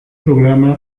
programa